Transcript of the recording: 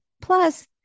Plus